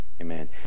amen